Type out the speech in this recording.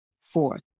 Fourth